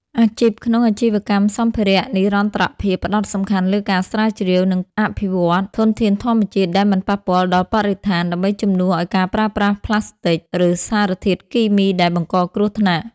អាជីពក្នុងអាជីវកម្មសម្ភារៈនិរន្តរភាពផ្ដោតសំខាន់លើការស្រាវជ្រាវ និងអភិវឌ្ឍន៍ធនធានធម្មជាតិដែលមិនប៉ះពាល់ដល់បរិស្ថាន ដើម្បីជំនួសឱ្យការប្រើប្រាស់ប្លាស្ទិក ឬសារធាតុគីមីដែលបង្កគ្រោះថ្នាក់។